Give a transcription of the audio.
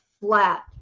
flat